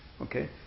okay